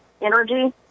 energy